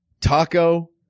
taco